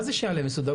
מה זה שיעלה מסודר?